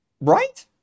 Right